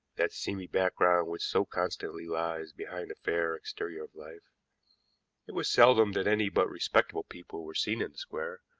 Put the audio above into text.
that seamy background which so constantly lies behind a fair exterior of life it was seldom that any but respectable people were seen in the square,